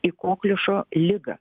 į kokliušo ligą